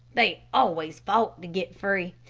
they always fought to get free.